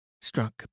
struck